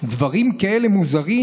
דברים כאלה מוזרים?